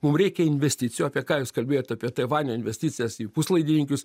mum reikia investicijų apie ką jūs kalbėjot apie taivanio investicijas į puslaidininkius